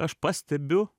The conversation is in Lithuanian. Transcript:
aš pastebiu